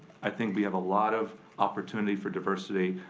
i think we have a lot of opportunity for diversity.